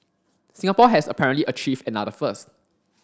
Singapore has apparently achieved another first